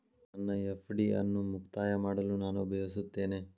ನನ್ನ ಎಫ್.ಡಿ ಅನ್ನು ಮುಕ್ತಾಯ ಮಾಡಲು ನಾನು ಬಯಸುತ್ತೇನೆ